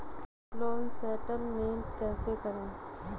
Loan settlement कैसे करें?